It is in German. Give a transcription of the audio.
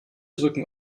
drücken